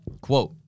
Quote